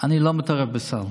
אני לא מתערב בסל.